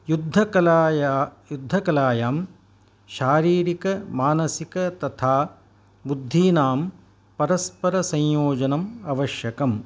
युद्धकलायां युद्धकलायां शारीरिकमानसिक तथा बुद्धीनां परस्परसंयोजनम् आवश्यकं